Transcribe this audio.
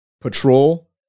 patrol